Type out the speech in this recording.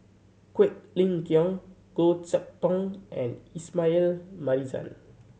Quek Ling Kiong Goh Chok Tong and Ismail Marjan